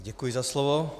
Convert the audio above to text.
Děkuji za slovo.